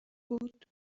بود